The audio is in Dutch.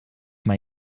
mij